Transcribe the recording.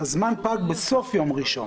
הזמן פג בסוף יום ראשון.